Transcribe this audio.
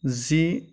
जि